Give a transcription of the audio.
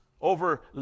over